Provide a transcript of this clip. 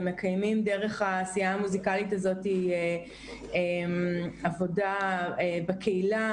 ומקיימים דרך העשייה המוסיקלית הזאת עבודה בקהילה